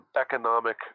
economic